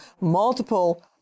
multiple